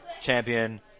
champion